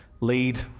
lead